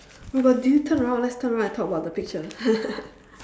oh my god do you turn around let's turn around and talk about the picture